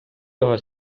його